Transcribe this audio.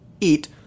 eat